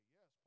Yes